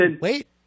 wait